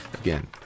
Again